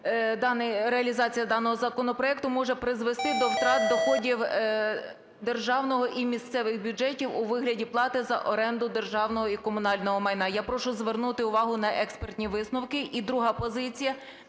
реалізація даного законопроекту може призвести до втрат доходів державного і місцевих бюджетів у вигляді плати за оренду державного і комунального майна. Я прошу звернути увагу на експертні висновки.